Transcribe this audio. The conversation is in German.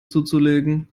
zuzulegen